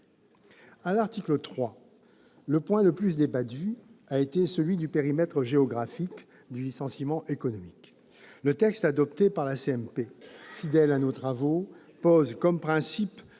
À l'article 3, le point le plus débattu a été celui du périmètre géographique du licenciement économique. Le texte adopté par la CMP, fidèle à nos travaux, pose comme principe